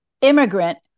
immigrant